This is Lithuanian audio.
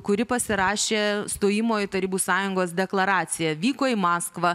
kuri pasirašė stojimo į tarybų sąjungos deklaraciją vyko į maskvą